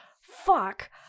Fuck